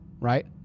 right